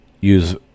use